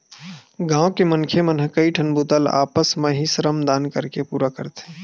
गाँव के मनखे मन ह कइठन बूता ल आपस म ही श्रम दान करके पूरा कर लेथे